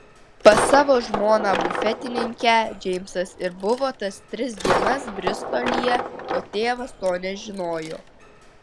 pas savo žmoną bufetininkę džeimsas ir buvo tas tris dienas bristolyje o tėvas to nežinojo